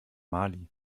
mali